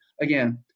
again